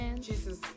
Jesus